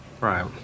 Right